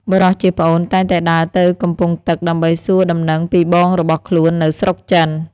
បុរសជាប្អូនតែងតែដើរទៅកំពង់ទឹកដើម្បីសួរដំណឹងពីបងរបស់ខ្លួននៅស្រុកចិន។